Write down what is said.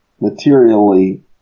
materially